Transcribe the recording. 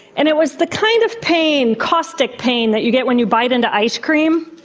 and it was the kind of pain, caustic pain, that you get when you bite into ice cream.